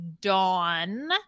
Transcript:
Dawn